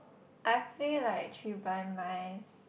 I play like three blind mice